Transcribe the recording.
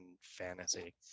fantasy